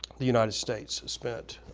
the united states spent